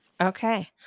Okay